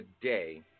today